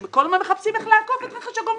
שהם כל הזמן מחפשים איך לעקוף את רכש הגומלין.